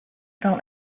down